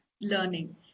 learning